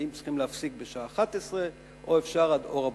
האם צריכים להפסיק בשעה 23:00 או שאפשר עד אור הבוקר.